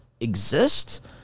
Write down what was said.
exist